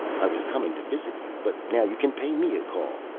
i was coming to visit you, but now you can pay me a call,